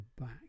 back